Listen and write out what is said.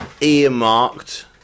earmarked